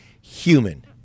human